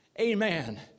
amen